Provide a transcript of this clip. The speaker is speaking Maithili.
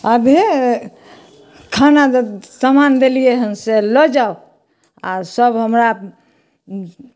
अभिए खानाके समान देलियै हँ से लऽ जाउ आ सब हमरा